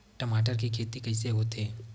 टमाटर के खेती कइसे होथे?